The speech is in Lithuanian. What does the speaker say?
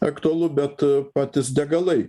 aktualu bet patys degalai